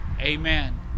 Amen